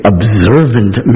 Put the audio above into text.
observant